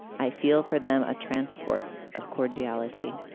i feel for them. a transport of cordiality